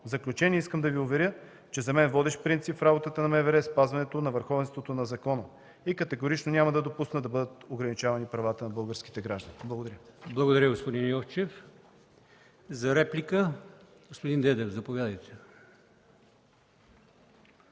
В заключение, искам да Ви уверя, че за мен водещ принцип в работата на МВР е спазването на върховенството на закона и категорично няма да допусна да бъдат ограничавани правата на българските граждани. Благодаря. ПРЕДСЕДАТЕЛ АЛИОСМАН ИМАМОВ: Благодаря, господин Йовчев. За реплика – господин Дедев, заповядайте.